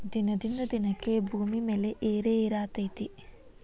ದಿನದಿಂದ ದಿನಕ್ಕೆ ಭೂಮಿ ಬೆಲೆ ಏರೆಏರಾತೈತಿ